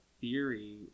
theory